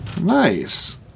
Nice